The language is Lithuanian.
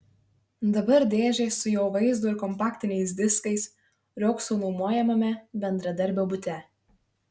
dabar dėžės su jo vaizdo ir kompaktiniais diskais riogso nuomojamame bendradarbio bute